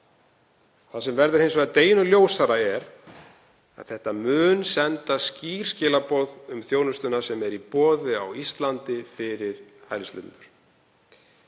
Það sem verður hins vegar deginum ljósara er að þetta mun senda skýr skilaboð um þjónustuna sem er í boði á Íslandi fyrir hælisleitendur.